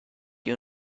you